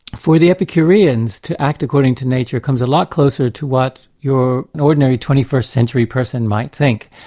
for the epicureans to act according to nature comes a lot closer to what your and ordinary twenty first century person might think.